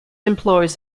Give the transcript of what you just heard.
employs